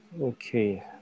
Okay